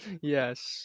Yes